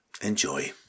enjoy